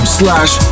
slash